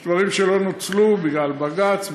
יש דברים שלא נוצלו בגלל בג"ץ,